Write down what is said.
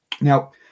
Now